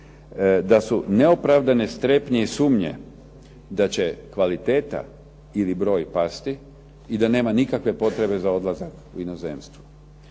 Da su neopravdane strepnje i sumnje da će kvaliteta ili broj pasti i da nema nikakve potrebe za odlazak u inozemstvo.